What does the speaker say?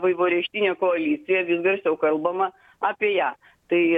vaivorykštinė koalicija vis garsiau kalbama apie ją tai